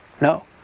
no